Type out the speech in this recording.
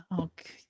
okay